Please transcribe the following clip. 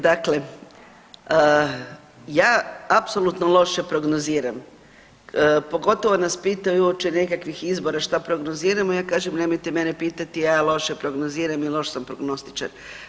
Dakle, ja apsolutno loše prognoziram, pogotovo nas pitaju uoči nekakvih izbora šta prognoziramo ja kažem nemojte mene pitati ja loše prognoziram i loš sam prognostičar.